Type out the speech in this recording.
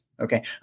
okay